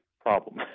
problem